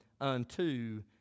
unto